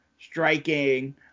striking